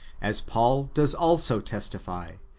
as paul does also testify,